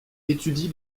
étudie